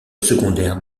secondaire